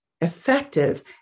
effective